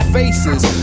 faces